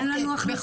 אין לנו הכנסה.